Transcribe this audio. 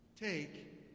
Take